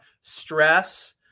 stress